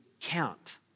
count